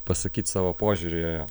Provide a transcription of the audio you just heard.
pasakyt savo požiūrį